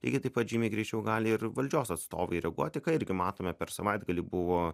lygiai taip pat žymiai greičiau gali ir valdžios atstovai reaguoti ką irgi matome per savaitgalį buvo